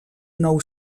nou